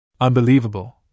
Unbelievable